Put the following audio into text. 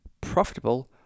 profitable